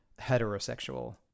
heterosexual